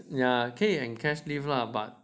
yeah 可以 encash leave lah but